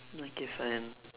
okay fine